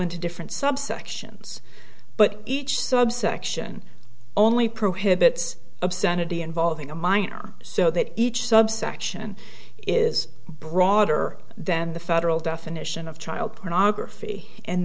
into different subsections but each subsection only prohibits obscenity involving a minor so that each subsection is broader than the federal definition of child pornography and